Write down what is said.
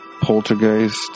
poltergeist